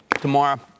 tomorrow